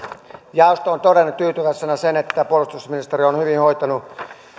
jaosto on todennut tyytyväisenä sen että puolustusministeri on hyvin hoitanut